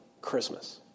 Christmas